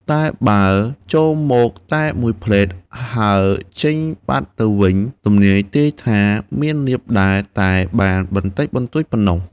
តែបើចូលមកតែមួយភ្លែត ហើរចេញបាត់ទៅវិញ ទំនាយទាយថា មានលាភដែរ តែបានបន្តិចបន្តួចប៉ុណ្ណោះ ។